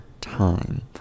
time